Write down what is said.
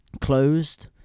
closed